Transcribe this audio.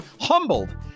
humbled